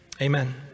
Amen